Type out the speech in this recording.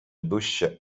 дужче